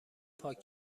پاک